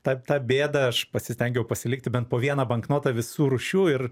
tą tą bėdą aš pasistengiau pasilikti bent po vieną banknotą visų rūšių ir